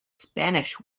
spanish